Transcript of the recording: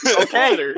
Okay